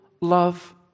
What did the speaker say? love